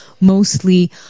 mostly